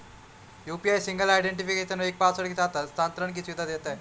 UPI single identification और एक password के साथ हस्थानांतरण की सुविधा देता है